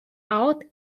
out